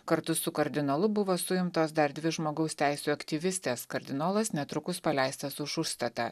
kartu su kardinolu buvo suimtos dar dvi žmogaus teisių aktyvistės kardinolas netrukus paleistas už užstatą